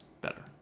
better